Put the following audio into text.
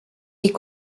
est